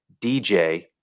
DJ